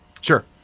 Sure